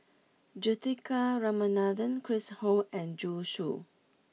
Juthika Ramanathan Chris Ho and Zhu Xu